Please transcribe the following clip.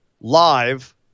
live